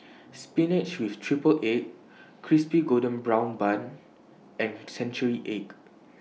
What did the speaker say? Spinach with Triple Egg Crispy Golden Brown Bun and Century Egg